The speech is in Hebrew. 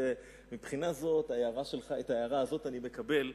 מהבחינה הזאת, את ההערה הזאת אני מקבל.